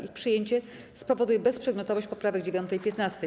Ich przyjęcie spowoduje bezprzedmiotowość poprawek 9. i 15.